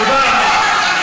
תודה רבה.